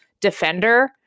defender